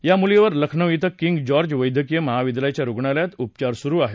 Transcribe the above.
या मुलीवर लखनौ इथं किंग जॉर्ज वैद्यकीय महाविद्यालयाच्या रुग्णालयात उपचार सुरु आहेत